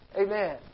Amen